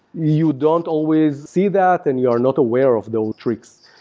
you don't always see that and you're not aware of those tricks.